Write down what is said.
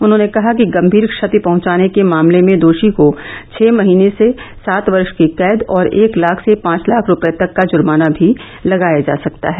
उन्होंने कहा कि गंभीर क्षति पहंचाने के मामले में दोषी को छह महीने से सात वर्ष की कैद और एक लाख से पांच लाख रुपये तक का जुर्माना भी लगाया जा सकता है